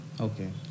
Okay